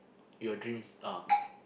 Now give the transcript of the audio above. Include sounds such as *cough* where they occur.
your dreams are *noise*